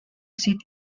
seat